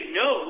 no